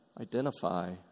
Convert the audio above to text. identify